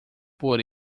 por